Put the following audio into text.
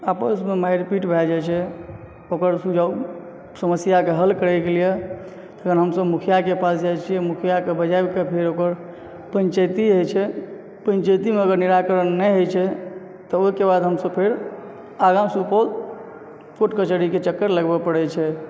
आपसमे मारिपीट भए जाइत छै ओकर सुझाव समस्याके हल करय कए लिए तखन हमसभ मुखिआके पास जाइत छियै मुखिआके बजायबकऽ फेर ओकर पञ्चैती होइत छै पञ्चैतीमे अगर निराकरण नहि होइ छै तब ओहिके बाद हमसभ फेर आगाँ सुपौल कोर्ट कचहरीके चक्कर लगबए पड़े छै